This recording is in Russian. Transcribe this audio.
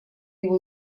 его